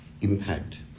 impact